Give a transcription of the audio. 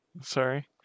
sorry